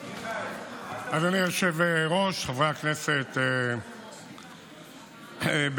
אדוני היושב-ראש, חברי הכנסת מה?